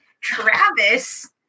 travis